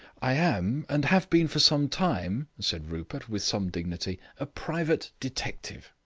i am and have been for some time, said rupert, with some dignity, a private detective,